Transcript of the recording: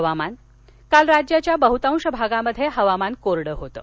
हवामान काल राज्याच्या बहुतांश भागात हवामान कोरडं होतं